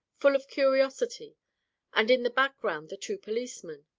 full of curiosity and in the background the two policemen.